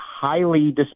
highly